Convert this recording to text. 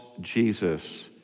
Jesus